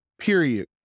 period